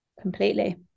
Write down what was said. Completely